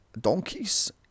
Donkeys